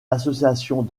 associations